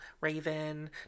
Raven